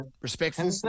respectful